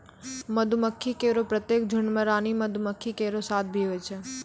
मधुमक्खी केरो प्रत्येक झुंड में रानी मक्खी केरो साथ भी होय छै